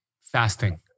Fasting